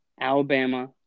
Alabama